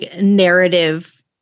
narrative